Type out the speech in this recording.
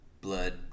blood